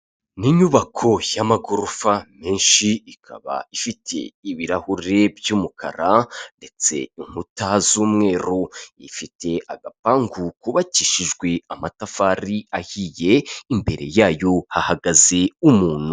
Ni inyubako y'amagorofa menshi ikaba ifite ibirahuri by'umukara ndetse inkuta z'umweru ifite agapangu kubakishijwe amatafari ahigiye imbere yayo hahagaze umuntu.